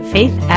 Faith